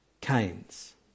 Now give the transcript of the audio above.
canes